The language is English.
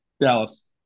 Dallas